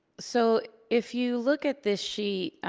so, if you look at this sheet,